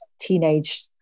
teenage